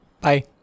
bye